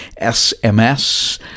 SMS